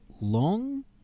Long